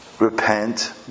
repent